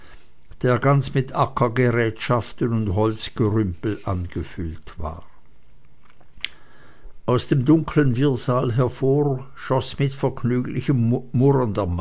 der ganz mit ackergerätschaften und holzgerümpel angefüllt war aus dem dunklen wirrsal hervor schoß mit vergnüglichem